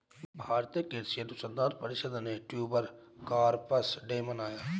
भारतीय कृषि अनुसंधान परिषद ने ट्यूबर क्रॉप्स डे मनाया